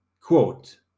Quote